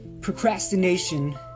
Procrastination